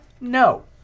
No